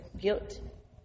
guilt